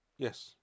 Yes